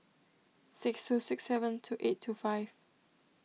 six two six seven two eight two five